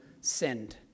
sinned